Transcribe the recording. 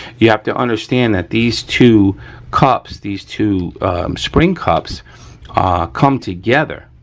you have to understand that these two cups, these two spring cups ah come together,